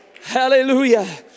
Hallelujah